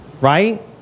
right